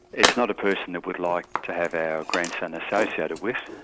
it's not a person that we'd like to have our grandson associated with.